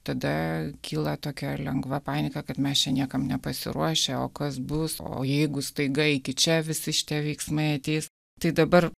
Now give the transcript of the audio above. tada kyla tokia lengva panika kad mes čia niekam nepasiruošę o kas bus o jeigu staiga iki čia visi šitie veiksmai ateis tai dabar